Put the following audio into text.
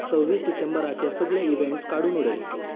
सव्वीस डिसेंबराचे सगळे इवँट्स काडून उडय